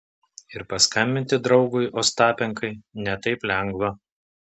ir paskambinti draugui ostapenkai ne taip lengva